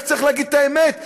רק צריך להגיד את האמת,